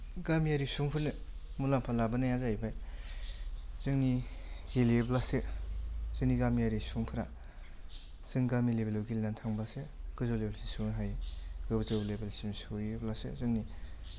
गामियारि सुबुंफोरनो मुलाम्फा लाबोनाया जाहैबाय जोंनि गेलेयोब्लासो जोंनि गामियारि सुबुंफोरा जों गामि लेभेलाव गेलेनानै थांब्लासो गोजौ लेभेलसिम सहैनो हायो गोजौ लेभेलसिम सहैयोब्लासो जोंनि